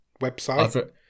website